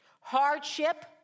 hardship